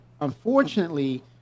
unfortunately